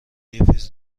قیف